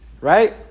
right